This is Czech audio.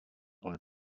ale